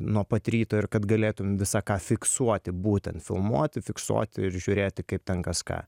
nuo pat ryto ir kad galėtum visa ką fiksuoti būtent filmuoti fiksuoti ir žiūrėti kaip ten kas ką